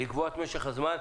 לקבוע את משך הזמן.